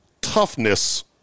toughness